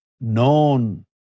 known